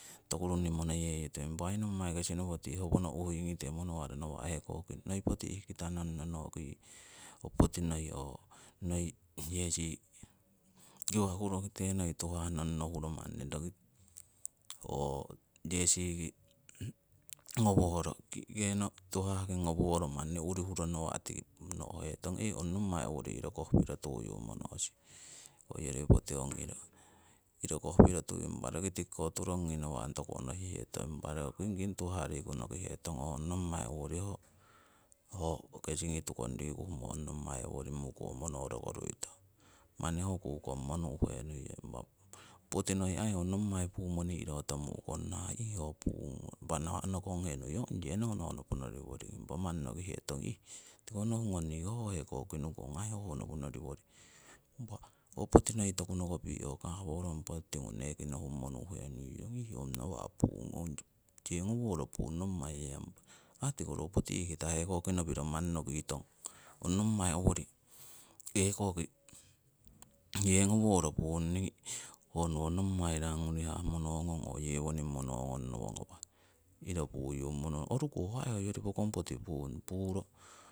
Toku runni monoyeyi tuhetong, impa hoi nommai kesi nopo tii howono uhuingite tii monowaro hekoki noi poti ihkita nongno noki ho poti oo noi yesi yesiki ngoworo ki'keno tuhah ngoworo manni urii huro nawa' tiki no'hetong eii ong nommai owori iro koh piro tuyu monosing hoyori poti ong iro, iro koh piro tuyu. Impa roki tikiko turongi nawa' toku onohihetong, impa ro kingking tuhah riku nokihetong ooh ong nommai owori ho kesingi tukong riku humo ong nommai owori mukowo monoro koruitong. Manni ho kukommo nu'henuiyong. Impa poti noi aii ho nommai pumo ni'rotomu'kong nahah iih ho puung, nawa' nokonghenong ong yenohno hongopono riworing impa manni nokihetong ih nohungong niko ho hekoki nukong ong aii ho hongoponoriworing. Impa ho poti noi toku nohupi' ho kaworong poti tiru, neekii nohummo nu'henuiyong iih ong yengoworo pung nommai yangpara. Ahh tiko ro poti ihkita hekoki nopiro manni noki tong ong nommai owori yengoworo pung ningii honowo nommai rangurihah monongong oo yewoning ngawahnowo, iro puyu monoh nong. Oruko ho ai hoyori pokong poti pung.